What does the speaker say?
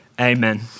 Amen